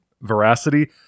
veracity